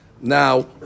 now